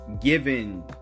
given